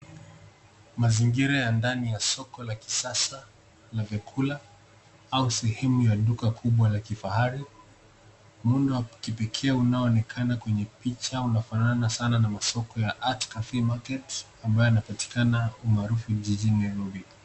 Mazingira ya ndani ya soko la kisasa, la vyakula au sehemu la duka kubwa la kifahari. Muundo wa kipekee unaoonekana kwenye picha unafanana sana na masoko ya Art Cafe market ambayo yanapatikana umaarufu jijini Nairobi.